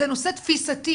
זה נושא תפיסתי,